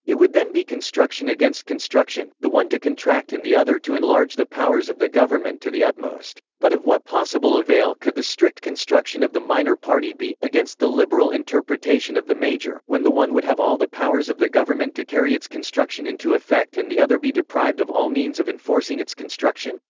it would then be construction against construction the one to contract and the other to enlarge the powers of the government to the utmost. but of what possible avail could the strict construction of the minor party be, against the liberal interpretation of the major, when the one would have all the powers of the government to carry its construction into effect and the other be deprived of all means of enforcing its construction?